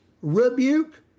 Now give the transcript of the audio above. Rebuke